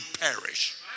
perish